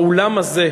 האולם הזה,